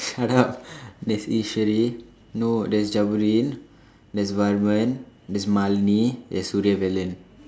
shut up there's Eswari no there's Jabudeen there's Varman there's Malene there's Suriavelan